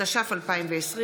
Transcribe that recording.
התש"ף 2020,